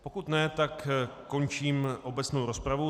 Pokud ne, tak končím obecnou rozpravu.